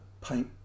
paint